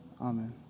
Amen